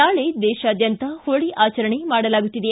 ನಾಳೆ ದೇಶಾದ್ಯಂತ ಹೋಳಿ ಆಚರಣೆ ಮಾಡಲಾಗುತ್ತಿದೆ